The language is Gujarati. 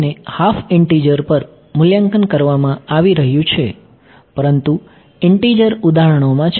ને હાફ ઈંટીજર પર મૂલ્યાંકન કરવામાં આવી રહ્યું છે પરંતુ ઈંટીજર ઉદાહરણોમાં છે